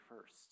first